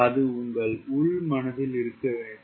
அது உங்கள் உள் மனதில் இருக்க வேண்டும்